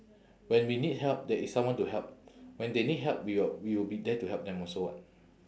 when we need help there is someone to help when they need help we will we will be there to help them also [what]